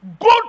Go